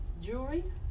jewelry